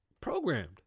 Programmed